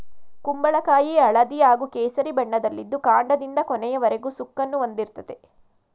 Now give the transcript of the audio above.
ಕುಂಬಳಕಾಯಿ ಹಳದಿ ಹಾಗೂ ಕೇಸರಿ ಬಣ್ಣದಲ್ಲಿದ್ದು ಕಾಂಡದಿಂದ ಕೊನೆಯವರೆಗೂ ಸುಕ್ಕನ್ನು ಹೊಂದಿರ್ತದೆ